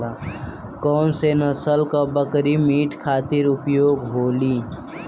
कौन से नसल क बकरी मीट खातिर उपयोग होली?